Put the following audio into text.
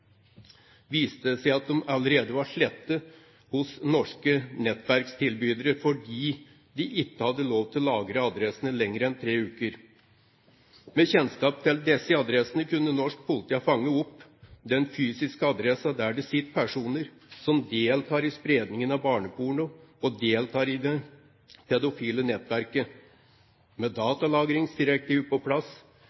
viste det seg at de allerede var slettet hos norske nettverkstilbydere fordi de ikke har lov til å lagre adressene lenger enn i tre uker. Med kjennskap til disse adressene kunne norsk politi ha fanget opp den fysiske adressen der det sitter personer som deltar i spredningen av barneporno og i det pedofile nettverket. Med